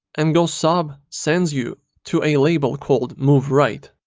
and gosub sends you to a lable called moveright.